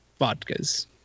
vodkas